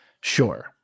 Sure